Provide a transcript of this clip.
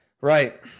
Right